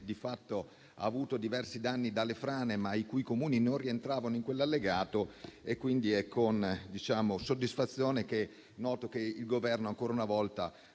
di fatto ha avuto diversi danni dalle frane, ma i cui Comuni non rientravano in quell'allegato. Quindi è con soddisfazione che noto che il Governo ancora una volta